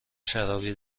شرابی